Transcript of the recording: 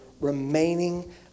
remaining